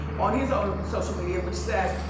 on his own social media, which says,